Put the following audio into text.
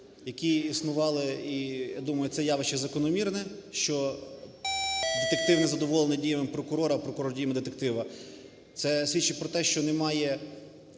які існували і, думаю, це явище закономірне, що детектив не задоволений діями прокурора, а прокурор – діями детектива. Це свідчить про те, що немає